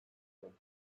oldu